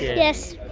yes.